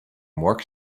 work